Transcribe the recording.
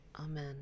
amen